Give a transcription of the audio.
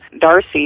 Darcy